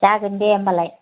जागोन दे होनबालाय